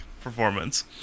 performance